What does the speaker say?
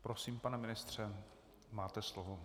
Prosím, pane ministře, máte slovo.